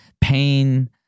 pain